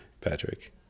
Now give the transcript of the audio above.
Patrick